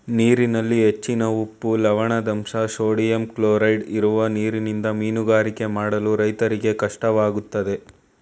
ನೀರಿನಲ್ಲಿ ಹೆಚ್ಚಿನ ಉಪ್ಪು, ಲವಣದಂಶ, ಸೋಡಿಯಂ ಕ್ಲೋರೈಡ್ ಇರುವ ನೀರಿನಿಂದ ಮೀನುಗಾರಿಕೆ ಮಾಡಲು ರೈತರಿಗೆ ಕಷ್ಟವಾಗುತ್ತದೆ